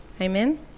Amen